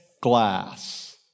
glass